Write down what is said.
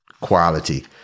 quality